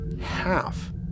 half